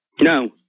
No